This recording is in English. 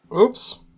Oops